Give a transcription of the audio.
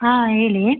ಹಾಂ ಹೇಳಿ